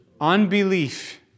unbelief